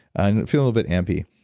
i'm feeling a bit ampy.